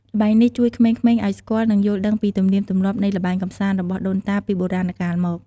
ល្បែងនេះជួយក្មេងៗឱ្យស្គាល់ និងយល់ដឹងពីទំនៀមទម្លាប់នៃល្បែងកម្សាន្តរបស់ដូនតាពីបុរាណកាលមក។